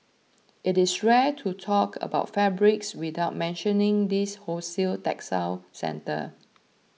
it is rare to talk about fabrics without mentioning this wholesale textile centre